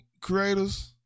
creators